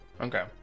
Okay